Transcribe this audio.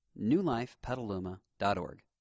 newlifepetaluma.org